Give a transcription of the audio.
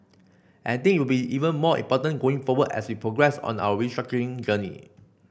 and I think it will be even more important going forward as we progress on our restructuring journey